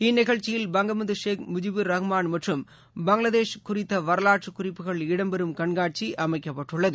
இந்நிகழ்ச்சியில் பங்கபந்து ஷேக் முஜிபுர் ரஹ்மான் மற்றும் பங்களாதேஷ் குறித்த வரவாற்று குறிப்புகள் இடம்பெறும் கண்காட்சி அமைக்கப்பட்டுள்ளது